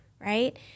right